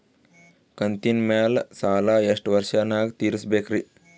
ಕಂತಿನ ಮ್ಯಾಲ ಸಾಲಾ ಎಷ್ಟ ವರ್ಷ ನ್ಯಾಗ ತೀರಸ ಬೇಕ್ರಿ?